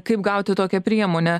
kaip gauti tokią priemonę